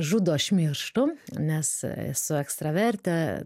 žudo aš mirštu nes esu ekstravertė